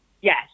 Yes